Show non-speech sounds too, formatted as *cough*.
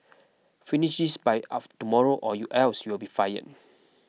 finish this by *unintelligible* tomorrow or you else you'll be fire